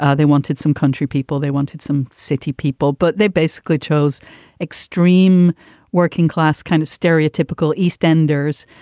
ah they wanted some country people, they wanted some city people, but they basically chose extreme working class, kind of stereotypical eastenders.